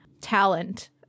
talent